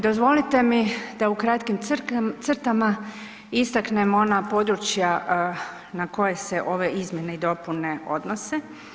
Dozvolite mi da u kratkim crtama istaknemo ona područja na koje se ove izmjene i dopune odnose.